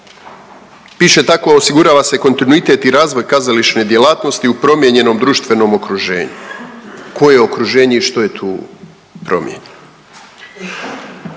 Piše tako, osigurava se kontinuitet i razvoj kazališne djelatnosti u promijenjenom društvenom okruženju. Koje je okruženje i što je tu promijenjeno?